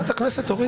חברת הכנסת אורית.